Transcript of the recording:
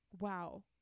wow